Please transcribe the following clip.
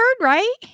right